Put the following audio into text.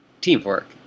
Teamwork